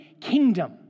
kingdom